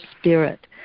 spirit